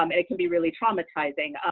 um it it can be really traumatizing,